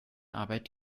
arbeit